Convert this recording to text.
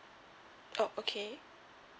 oh okay